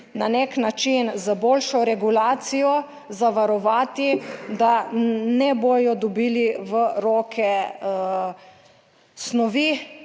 na nek način z boljšo regulacijo zavarovati, da ne bodo dobili v roke snovi,